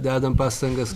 dedam pastangas